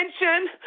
attention